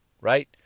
right